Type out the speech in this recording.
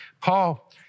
Paul